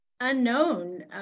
unknown